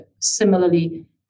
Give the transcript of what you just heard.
similarly